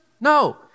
No